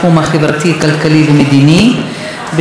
בשם הרשימה המשותפת, חבר הכנסת איימן עודה.